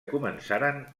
començaren